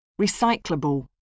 Recyclable